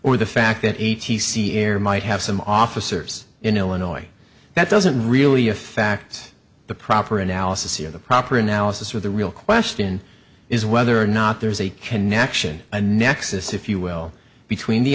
or the fact that e t c air might have some officers in illinois that doesn't really affect the proper analysis of the proper analysis or the real question is whether or not there's a connection a nexus if you will between the